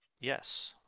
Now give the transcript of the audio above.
yes